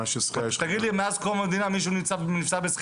הבעיה ששחייה -- תגיד לי אם מאז קום המדינה מישהו נפצע בשחייה?